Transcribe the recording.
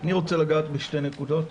אני רוצה לגעת בשתי נקודות.